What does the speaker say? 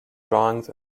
drawings